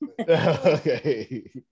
Okay